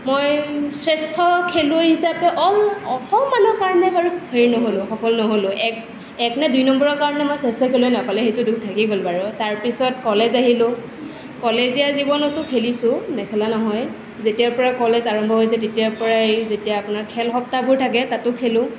মই শ্ৰেষ্ঠ খেলুৱৈ হিচাপে অল অকণমানৰ কাৰণে বাৰু হেৰি নহ'লোঁ সফল নহলোঁ এক নে দুই নম্বৰৰ কাৰণে মই শ্ৰেষ্ঠ খেলুৱৈ নাপালোঁ সেইটো দুখ থাকি গ'ল বাৰু তাৰ পিছত কলেজ আহিলোঁ কলেজীয়া জীৱনতো খেলিছোঁ নেখেলা নহয় যেতিয়াৰ পৰা কলেজ আৰম্ভ হৈছে তেতিয়াৰ পৰা আপোনাৰ খেল সপ্তাহবোৰ থাকে তাতো খেলোঁ